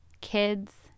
kids